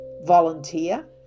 volunteer